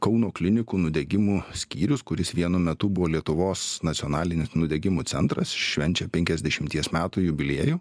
kauno klinikų nudegimų skyrius kuris vienu metu buvo lietuvos nacionalinis nudegimų centras švenčia penkiasdešimties metų jubiliejų